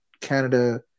Canada